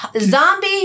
zombie